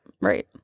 Right